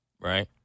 right